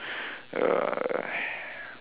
uh